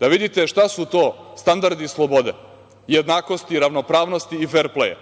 da vidite šta su to standardi slobode, jednakosti, ravnopravnosti i fer pleja.